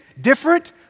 different